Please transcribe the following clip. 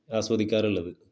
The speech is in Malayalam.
ആസ്വദിക്കാറുള്ളത്